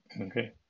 Okay